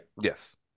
Yes